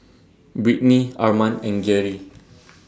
Britny Arman and Geary